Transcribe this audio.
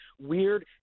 weird